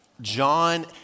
John